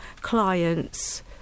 clients